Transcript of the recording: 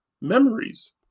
memories